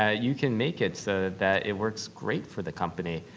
ah you can make it so that it works great for the company.